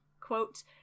quote